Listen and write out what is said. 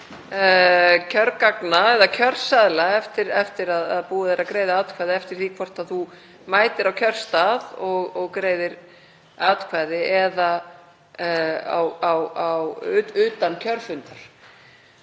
kjörgagna eða kjörseðla eftir að búið er að greiða atkvæði eftir því hvort þú mætir á kjörstað og greiðir atkvæði eða utan kjörfundar.